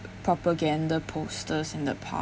propaganda posters in the